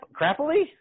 crappily